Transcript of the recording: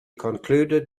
concluded